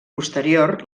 posterior